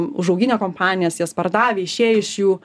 užauginę kompanijas jas pardavę išėję iš jų